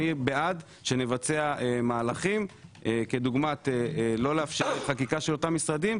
אני בעד שנבצע מהלכים כדוגמת לא לאפשר חקיקה של אותם משרדים,